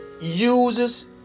uses